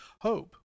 hope